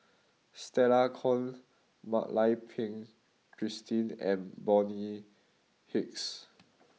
Stella Kon Mak Lai Peng Christine and Bonny Hicks